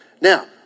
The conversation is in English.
Now